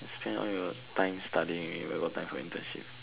spend all your time studying you where got time for internship